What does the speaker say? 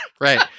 right